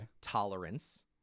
Tolerance